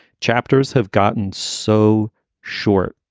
chapters have gotten so short.